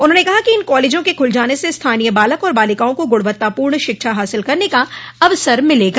उन्होंने कहा कि इन कालेजों क खुल जाने से स्थानीय बालक और बालिकाओं को गुणवत्तापूर्ण शिक्षा हासिल करने का अवसर मिलेगा